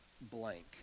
blank